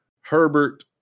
Herbert